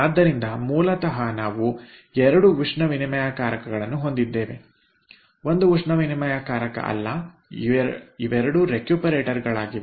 ಆದ್ದರಿಂದ ಮೂಲತಃ ನಾವು 2 ಉಷ್ಣ ವಿನಿಮಯಕಾರಕವನ್ನು ಹೊಂದಿದ್ದೇವೆ ಒಂದೇ ಒಂದು ಉಷ್ಣ ವಿನಿಮಯಕಾರಕ ಅಲ್ಲ ಇವೆರಡೂ ರೆಕ್ಯೂಪರೇಟರ್ ಗಳಾಗಿವೆ